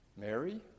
Mary